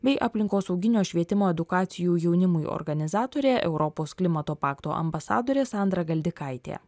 bei aplinkosauginio švietimo edukacijų jaunimui organizatorė europos klimato pakto ambasadorė sandra galdikaitė